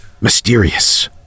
mysterious